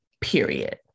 Period